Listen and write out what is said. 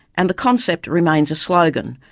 and the concept remains a slogan,